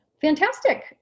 Fantastic